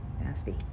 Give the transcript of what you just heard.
nasty